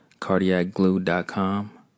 cardiacglue.com